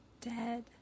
Dead